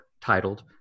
titled